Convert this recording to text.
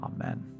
Amen